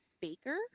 Baker